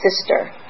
sister